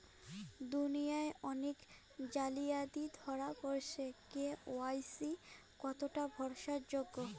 দুনিয়ায় অনেক জালিয়াতি ধরা পরেছে কে.ওয়াই.সি কতোটা ভরসা যোগ্য?